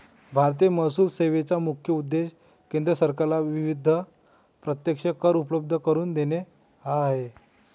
भारतीय महसूल सेवेचा मुख्य उद्देश केंद्र सरकारला विविध प्रत्यक्ष कर उपलब्ध करून देणे हा आहे